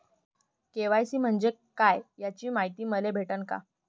KYC म्हंजे काय याची मायती मले भेटन का?